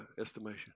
estimation